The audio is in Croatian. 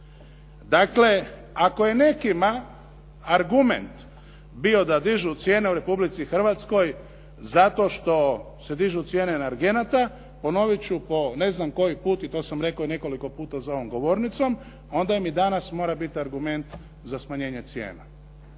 Dakle, ako je nekima bio argument bio da dižu cijene u Republici Hrvatskoj zato što se dižu cijene energenata, ponovit ću po ne znam koji puta i to sam rekao i nekoliko puta za ovom govornicom, onda mi i danas mora biti argument za smanjenje cijena.